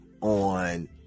on